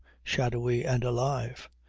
shadowy and alive.